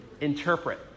Interpret